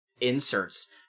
inserts